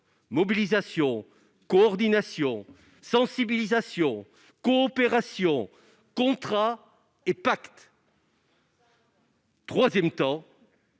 mobilisation, coordination, sensibilisation, coopération, contrat et pacte. Ce n'est